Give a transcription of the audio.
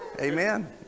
Amen